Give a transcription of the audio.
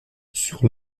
sur